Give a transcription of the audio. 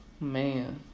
man